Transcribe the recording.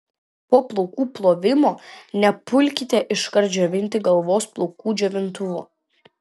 po plaukų plovimo nepulkite iškart džiovinti galvos plaukų džiovintuvu